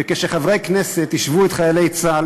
וכשחברי כנסת השוו את חיילי צה"ל,